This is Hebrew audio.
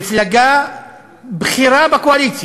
מפלגה בכירה בקואליציה.